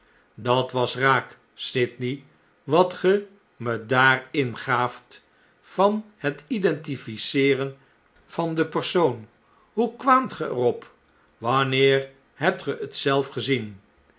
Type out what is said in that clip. dat was raak sydney wat ge me daar ingaaft van het identifieeren van den persoon hoe kwaamt ge er op wanneer hebt ge het zelf gezien